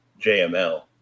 JML